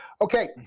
Okay